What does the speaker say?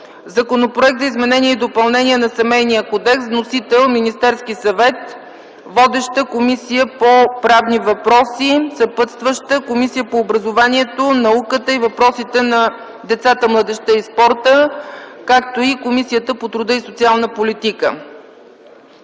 Законопроект за изменение и допълнение на Семейния кодекс. Вносител – Министерският съвет. Водеща – Комисия по правни въпроси. Съпътстваща – Комисия по образованието, науката и въпросите на децата, младежта и спорта, както и Комисията по труда и социалната политика;